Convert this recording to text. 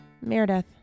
Meredith